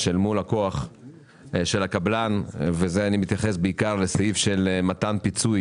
אל מול הכוח של הקבלן וזה אני מתייחס בעיקר לסעיף של מתן פיצוי